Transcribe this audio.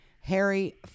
Harry